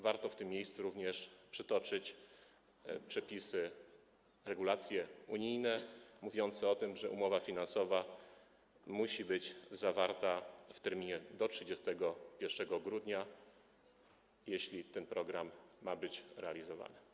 Warto w tym miejscu również przytoczyć przepisy, regulacje unijne mówiące o tym, że umowa finansowa musi być zawarta w terminie do 31 grudnia, jeśli ten program ma być realizowany.